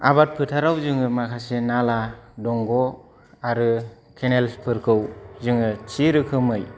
आबाद फोथाराव जोङो माखासे नाला दंग' आरो केनेल्सफोरखौ जोङो थि रोखोमै